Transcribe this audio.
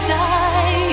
die